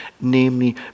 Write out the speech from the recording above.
namely